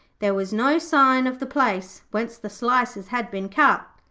there was no sign of the place whence the slices had been cut.